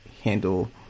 handle